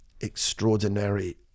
extraordinary